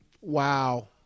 Wow